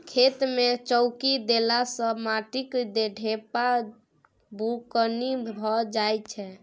खेत मे चौकी देला सँ माटिक ढेपा बुकनी भए जाइ छै